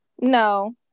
no